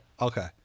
Okay